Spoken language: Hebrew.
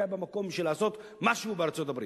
במקום בשביל לעשות משהו בארצות-הברית.